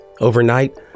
Overnight